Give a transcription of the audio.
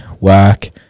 work